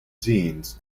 genes